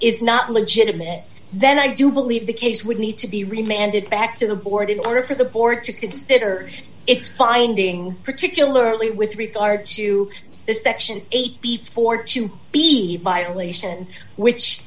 is not legitimate then i do believe the case would need to be remanded back to the board in order for the board to consider its findings particularly with regard to this that action eight before to be violation which